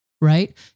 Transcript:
right